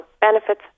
benefits